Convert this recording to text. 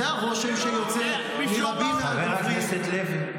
זה הרושם שיוצא מרבים מהדוברים --- חבר הכנסת לוי.